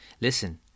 listen